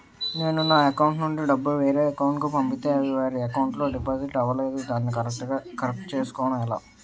నేను నా అకౌంట్ నుండి డబ్బు వేరే వారి అకౌంట్ కు పంపితే అవి వారి అకౌంట్ లొ డిపాజిట్ అవలేదు దానిని కరెక్ట్ చేసుకోవడం ఎలా?